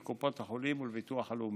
לקופות החולים ולביטוח הלאומי.